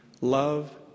love